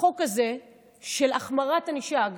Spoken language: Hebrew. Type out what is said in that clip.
בחוק הזה של החמרת ענישה.